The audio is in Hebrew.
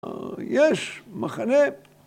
יש מחנה.